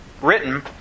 Written